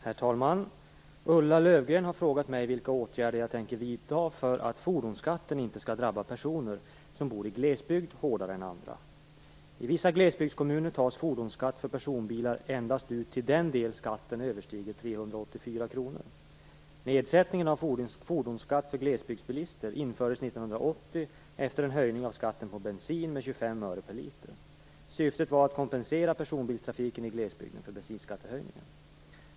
Herr talman! Ulla Löfgren har frågat mig vilka åtgärder jag tänker vidta för att fordonsskatten inte skall drabba personer som bor i glesbygd hårdare än andra. 384 kr. Nedsättningen av fordonsskatt för glesbygdsbilister infördes 1980 efter en höjning av skatten på bensin med 25 öre per liter. Syftet var att kompensera personbilstrafiken i glesbygden för bensinskattehöjningen.